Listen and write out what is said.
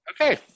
okay